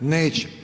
Neće.